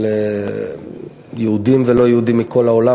של יהודים ולא-יהודים מכל העולם,